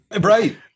right